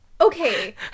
Okay